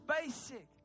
basic